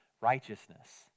righteousness